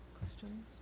questions